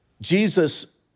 Jesus